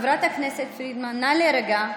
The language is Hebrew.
חברת הכנסת פרידמן, נא להירגע.